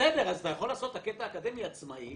אתה יכול לעשות את הקטע האקדמי עצמאי